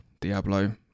diablo